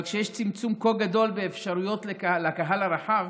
אבל כשיש צמצום כה גדול באפשרויות לקהל הרחב,